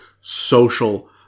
social